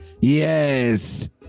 Yes